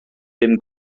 bum